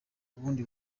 bundi